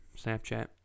Snapchat